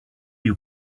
you